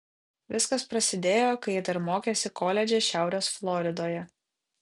viskas prasidėjo kai ji dar mokėsi koledže šiaurės floridoje